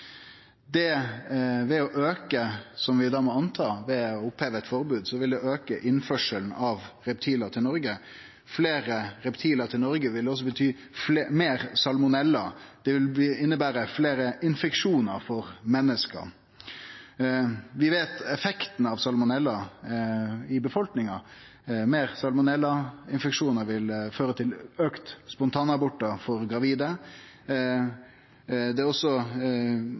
Ved å oppheve eit forbod vil det – må vi anta – auke innførselen av reptil til Noreg. Fleire reptil til Noreg vil også bety meir salmonella, det vil innebere fleire infeksjonar for menneska. Vi veit effekten av salmonella i befolkninga. Fleire salmonellainfeksjonar vil føre til at talet på spontanabortar aukar for gravide. Det er også